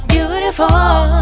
Beautiful